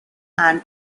and